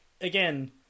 again